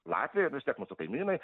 latvijoj vis tiek mūsų kaimynai